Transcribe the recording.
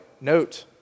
note